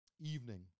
evening